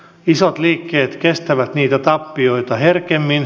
isot liikkeet kestävät niitä tappioita herkemmin